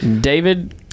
David